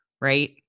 right